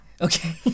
Okay